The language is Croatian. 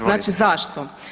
Znači zašto?